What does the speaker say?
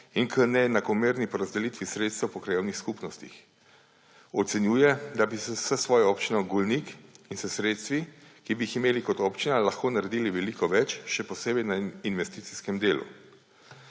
in v neenakomerni porazdelitvi sredstev po krajevnih skupnostih. Ocenjuje, da bi s svojo občino Golnik in s sredstvi, ki bi jih imeli kot občina, lahko naredili veliko več, še posebej na investicijskem delu.